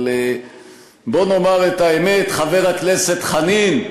אבל בוא נאמר את האמת, חבר הכנסת חנין: